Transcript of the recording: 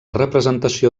representació